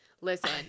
listen